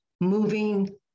moving